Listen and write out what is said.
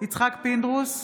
יצחק פינדרוס,